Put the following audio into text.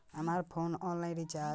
हमार phone online recharge कईसे करेम?